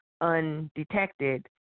undetected